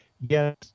yes